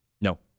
No